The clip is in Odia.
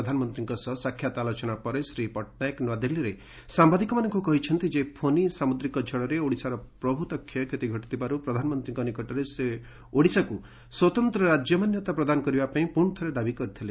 ପ୍ରଧାନମନ୍ତ୍ରୀଙ୍କ ସହ ସାକ୍ଷାତ ଆଲୋଚନା ପରେ ଶ୍ରୀ ପଟ୍ଟନାୟକ ନ୍ନଆଦିଲ୍ଲୀର ସାମ୍ଭାଦିକମାନଙ୍କୁ କହିଛନ୍ତି ଯେ ଫୋନି ସାମୁଦ୍ରିକ ଝଡରେ ଓଡିଶାର ପ୍ରଭୂତି କ୍ଷୟକ୍ଷତି ଘଟିଥବବାରୁ ପ୍ରଧାନମନ୍ତ୍ରୀଙ୍କ ନିକଟରେ ସେ ଓଡିଶାକୁ ସ୍ୱତନ୍ତ୍ର ରାଜ୍ୟ ମାନ୍ୟତା ପ୍ରଦାନ କରିବା ପାଇଁ ପୁଣି ଥରେ ଦାବି କରିଥିଲେ